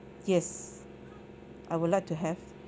yes I would like to have